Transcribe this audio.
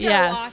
Yes